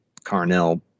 Carnell